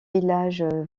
village